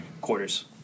quarters